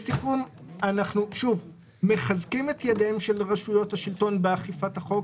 אנחנו מחזקים את ידיהם של רשויות השלטון באכיפת החוק.